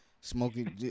smoking